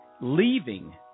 leaving